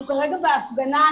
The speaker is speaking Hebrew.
אנחנו כרגע בהפגנה.